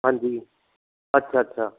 ਹਾਂਜੀ ਅੱਛਾ ਅੱਛਾ